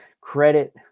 credit